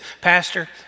Pastor